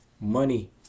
Money